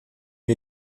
wir